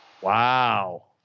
Wow